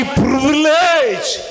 privilege